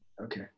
Okay